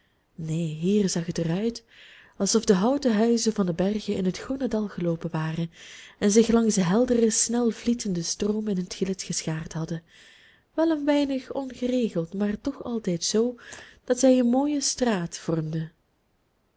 neen hier zag het er uit alsof de houten huizen van de bergen in het groene dal geloopen waren en zich langs den helderen snelvlietenden stroom in het gelid geschaard hadden wel een weinig ongeregeld maar toch altijd zoo dat zij een mooie straat vormden